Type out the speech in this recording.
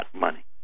money